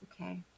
Okay